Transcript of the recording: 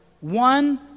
one